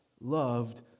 loved